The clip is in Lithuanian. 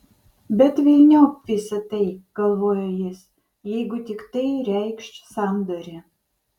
bet velniop visa tai galvojo jis jeigu tik tai reikš sandorį